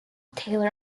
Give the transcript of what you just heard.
taylor